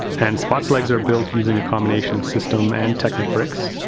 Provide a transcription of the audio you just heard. and spot's legs are built using a combination of system and technic bricks.